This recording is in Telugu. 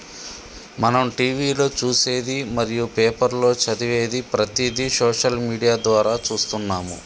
మనం టీవీలో చూసేది మరియు పేపర్లో చదివేది ప్రతిదీ సోషల్ మీడియా ద్వారా చూస్తున్నాము